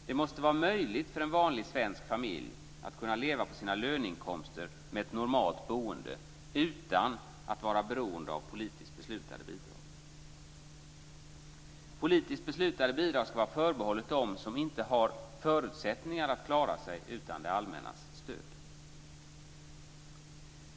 Det måste vara möjligt för en vanlig svensk familj att leva på sina löneinkomster med ett normalt boende utan att behöva vara beroende av politiskt beslutade bidrag. Politiskt beslutade bidrag ska vara förbehållna dem som inte har förutsättningar att klara sig.